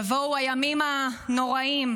יבואו הימים הנוראים,